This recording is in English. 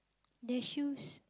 the shoes